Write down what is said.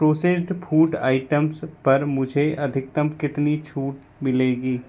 processed food items पर मुझे अधिकतम कितनी छूट मिलेगी